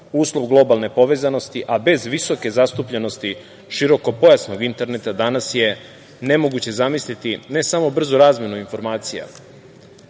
uslov globalne povezanosti, a bez visoke zastupljenosti širokopojasnog interneta danas je nemoguće zamisliti ne samo brzu razmenu informacija